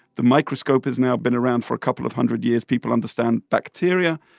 the microscope has now been around for a couple of hundred years. people understand bacteria.